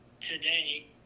today